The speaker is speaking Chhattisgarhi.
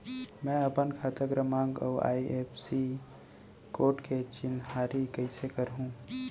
मैं अपन खाता क्रमाँक अऊ आई.एफ.एस.सी कोड के चिन्हारी कइसे करहूँ?